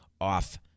off